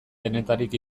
denetarik